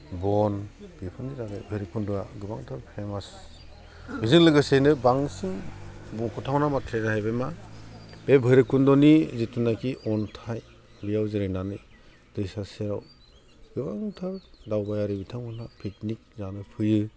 बन बेफोरनि थाखाय भैराबकुन्द'आ गोबां फेमास बिजों लोगोसेनो बांसिन मख'थावना बाथ्राया जाहैबाय मा बे भैराबकुन्द'नि जितुनिकि अन्थाइ बेयाव जिरायनानै दैसा सेराव गोबांथार दावबायारि बिथांमोना पिकनिक जानो फैयो